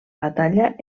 batalla